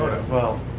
as well.